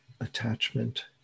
attachment